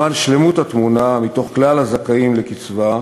למען שלמות התמונה, מתוך כלל הזכאים לקצבה,